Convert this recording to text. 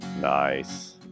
Nice